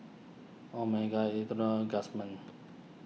Omega Indomie Guardsman